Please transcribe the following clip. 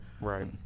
Right